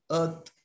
earth